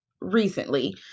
recently